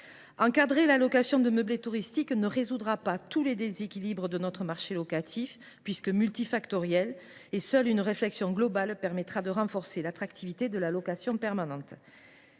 encadrer la location de meublés touristiques ne résoudra pas tous les déséquilibres de notre marché locatif, car ceux ci sont multifactoriels. Seule une réflexion globale permettra de renforcer l’attractivité de la location permanente.